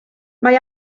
mae